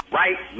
right